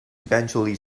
eventually